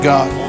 God